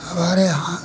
हमारे यहाँ